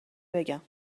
بگم